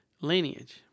lineage